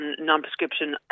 non-prescription